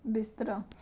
ਬਿਸਤਰਾ